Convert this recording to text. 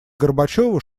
горбачёву